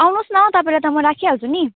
आउनुहोस् न तपाईँलाई त म राखिहाल्छु नि